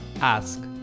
ask